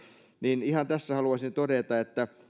niin ihan tässä haluaisin todeta että